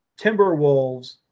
Timberwolves